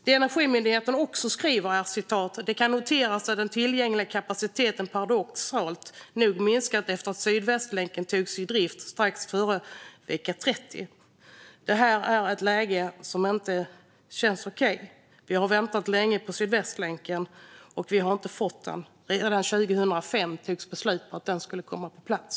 Det Energimyndigheten också skriver är att det kan noteras att den tillgängliga kapaciteten paradoxalt nog minskade efter att Sydvästlänken togs i drift strax före vecka 30. Det här är ett läge som inte känns okej. Vi har väntat länge på Sydvästlänken, och vi har inte fått den. Redan 2005 togs beslut om att den skulle komma på plats.